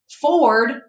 Ford